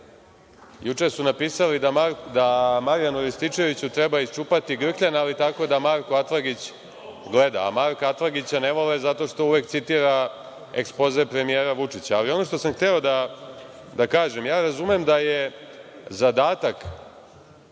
juče su napisali da Marijanu Rističeviću treba iščupati grkljan, ali tako da Marko Atlagić gleda, a Marka Atlagića ne vole zato što uvek citira ekspoze premijera Vučića. Ono što sam hteo da kažem, ja razumem zadatak